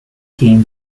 game